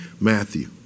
Matthew